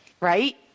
Right